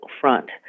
front